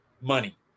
money